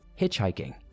hitchhiking